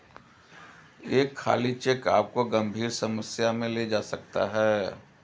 एक खाली चेक आपको गंभीर समस्या में ले जा सकता है